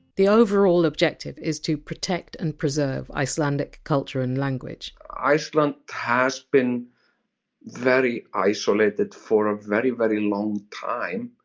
the overall objective is to protect and preserve icelandic culture and language iceland has been very isolated for a very very long time,